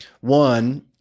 one